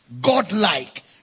God-like